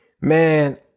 Man